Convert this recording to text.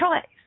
choice